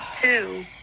two